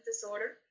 disorder